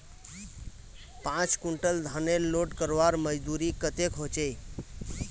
पाँच कुंटल धानेर लोड करवार मजदूरी कतेक होचए?